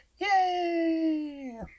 Yay